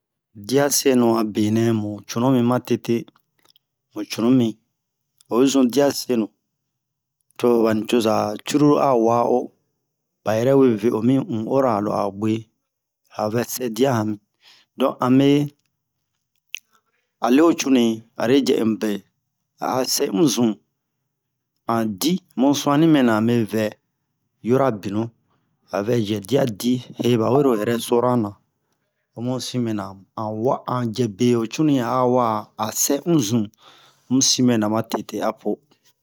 Diya sɛnu a benɛ mu cunu mi ma tete mu cunu mi oyi zun diya sɛnu to ba nicoza cururu a wa'o ba yɛrɛ we ve'o mi un 'ora lo a'o bwe a vɛ sɛ diya hani don ame a le ho cunu'i are jɛ un be a'a sɛ un zun an di mu su'ani mɛna ame vɛ yura binu a vɛ jɛ diya di he ba wero rɛstoran na omu sin mɛna an wa an jɛ be ho cunu'i a'a wa'a a sɛ un zun omu sin mɛna ma tete a po